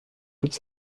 toute